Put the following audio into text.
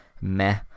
meh